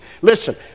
Listen